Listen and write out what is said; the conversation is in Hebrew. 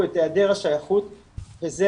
צוותים שלא היו בהם דיווחים נחשפים על